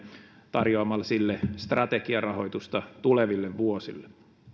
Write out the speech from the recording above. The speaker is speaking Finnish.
tarjoamalla sille strategiarahoitusta tuleville vuosille